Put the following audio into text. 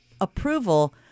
approval